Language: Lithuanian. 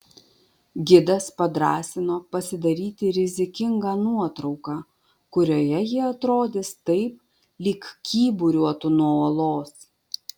gidas padrąsino pasidaryti rizikingą nuotrauką kurioje ji atrodys taip lyg kyburiuotų nuo uolos